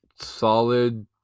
solid